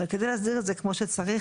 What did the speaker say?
אבל כדי להסדיר את זה כמו שצריך,